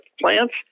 plants